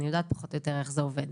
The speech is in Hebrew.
ואני יודעת פחות או יותר איך זה עובד.